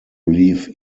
leave